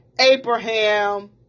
Abraham